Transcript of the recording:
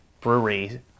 brewery